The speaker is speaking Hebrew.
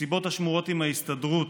מסיבות השמורות עם ההסתדרות,